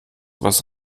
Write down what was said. was